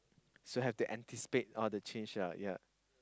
so have to anticipate all the change lah yea